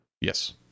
Yes